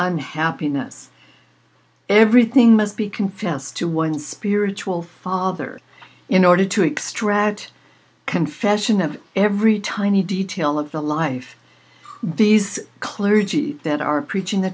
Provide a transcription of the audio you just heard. unhappiness everything must be confessed to one's spiritual father in order to extract confession of every tiny detail of the life these clergy that are preaching